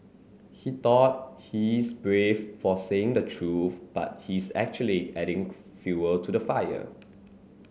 he thought he's brave for saying the truth but he's actually adding fuel to the fire